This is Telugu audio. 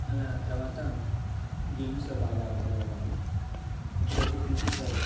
అలా తరువాత గేమ్స్లో బాగా ఆడుకునేవాళ్ళము ఒకరోజు పీఈటీ సారు